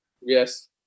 Yes